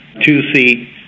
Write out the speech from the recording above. two-seat